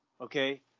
okay